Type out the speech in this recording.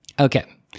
Okay